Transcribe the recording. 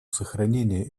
сохранения